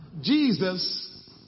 Jesus